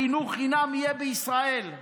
חינוך חינם יהיה בישראל,